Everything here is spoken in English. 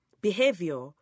behavior